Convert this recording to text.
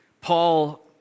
Paul